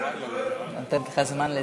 שלך.